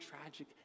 tragic